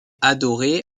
adorée